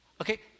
okay